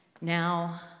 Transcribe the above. Now